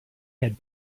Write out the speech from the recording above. had